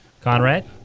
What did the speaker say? Conrad